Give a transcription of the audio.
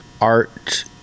art